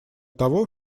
того